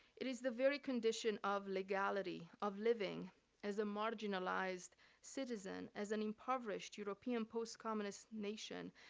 it is the very condition of legality of living as a marginalized citizen, as an impoverished european post-communist nation,